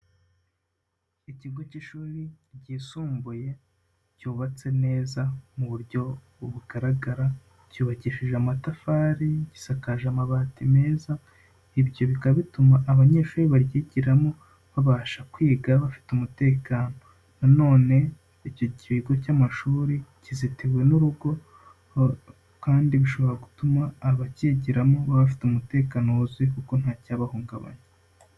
Ikigo cy'ishuri ryisumbuye cyubatse neza mu buryo bugaragara cyubakishije amatafari, gisakaje amabati meza, ibyo bikaba bituma abanyeshuri baryigiramo babasha kwiga bafite umutekano, na none icyo kigo cy'amashuri kizitiwe n'urugo kandi bishobora gutuma abacyigiramo bafite umutekano wuzuye kuko ntacyabahungabanya.